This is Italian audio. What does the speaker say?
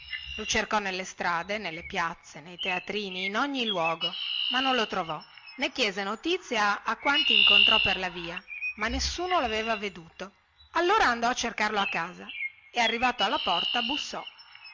lo cercò nelle strade nelle piazze nei teatrini in ogni luogo ma non lo trovò ne chiese notizia a quanti incontrò per la via ma nessuno laveva veduto allora andò a cercarlo a casa e arrivato alla porta bussò